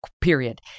period